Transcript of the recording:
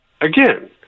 again